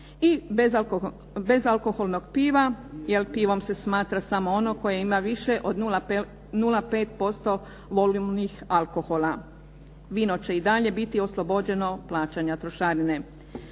i bezalkoholnog piva jer pivom se smatra samo ono koje ima više od 0,5% volumnih alkohola. Vino će i dalje biti oslobođeno plaćanja trošarine.